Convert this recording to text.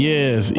Yes